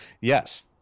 Yes